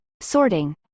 sorting